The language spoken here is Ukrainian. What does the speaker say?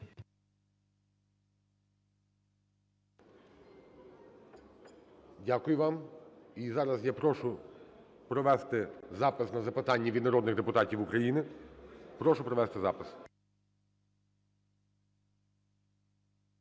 Дякую вам. І зараз я прошу провести запис на запитання від народних депутатів України. Прошу провести запис.